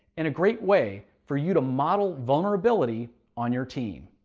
and a great way for you to model vulnerability on your team.